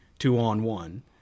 two-on-one